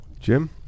Jim